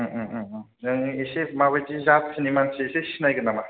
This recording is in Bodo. नोङो एसे माबादि जाथिनि मानसि एसे सिनायगोन नामा